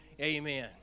amen